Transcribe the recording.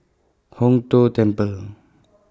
Hong Tho Temple